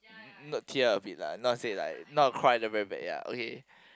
n~ not tear a bit lah not say like not cry until very bad ya okay